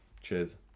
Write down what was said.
Cheers